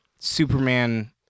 Superman